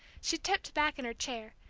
she tipped back in her chair,